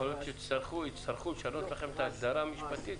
יכול שיצטרכו לשנות לכם את ההגדרה המשפטית,